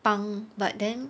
帮 but then